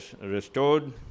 restored